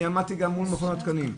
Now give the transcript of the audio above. אני עמדתי גם מול מכון התקנים,